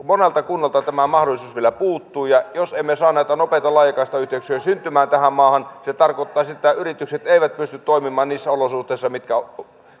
monelta kunnalta tämä mahdollisuus vielä puuttuu ja jos emme saa näitä nopeita laajakaistayhteyksiä syntymään tähän maahan se tarkoittaisi että yritykset eivät pysty toimimaan niissä olosuhteissa